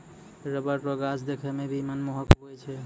rubber रो गाछ देखै मे भी मनमोहक हुवै छै